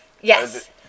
yes